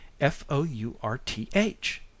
f-o-u-r-t-h